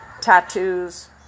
tattoos